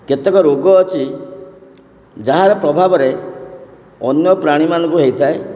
କେତେକ ରୋଗ ଅଛି ଯାହାର ପ୍ରଭାବରେ ଅନ୍ୟ ପ୍ରାଣୀମାନଙ୍କୁ ହୋଇଥାଏ